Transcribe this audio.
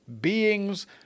beings